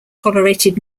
tolerated